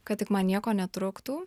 kad tik man nieko netrūktų